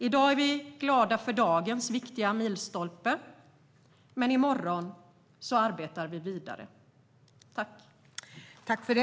I dag är vi glada för dagens viktiga milstolpe, men i morgon arbetar vi vidare.